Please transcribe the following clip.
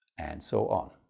and so on.